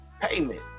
payment